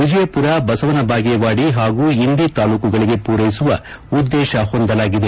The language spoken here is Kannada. ವಿಜಯಪುರ ಬಸವನಬಾಗೇವಾಡಿ ಹಾಗೂ ಇಂಡಿ ತಾಲೂಕುಗಳಿಗೆ ಪೂರೈಸುವ ಉದ್ದೇಶ ಹೊಂದಲಾಗಿದೆ